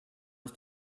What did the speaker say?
ist